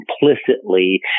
implicitly